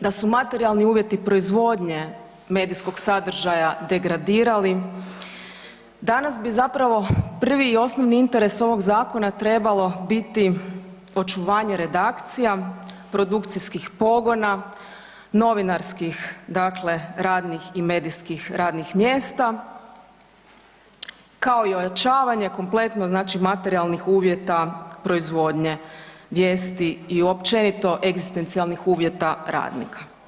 da su materijalni uvjeti proizvodnje medijskog sadržaja degradirali danas bi zapravo prvi i osnovni interes ovog zakona trebalo biti očuvanje redakcija, produkcijskih pogona, novinarskih dakle radijskih i medijskih radnih mjesta kao i ojačavanje kompletno znači materijalnih uvjeta proizvodnje vijesti i općenito egzistencijalnih uvjeta radnika.